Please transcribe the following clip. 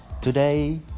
Today